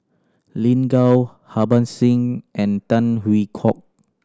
Lin Gao Harban Singh and Tan Hwee Kock